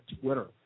Twitter